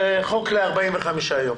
חוק ל-45 יום.